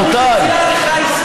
כשמגישים הצעה כזאת,